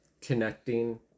connecting